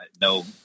no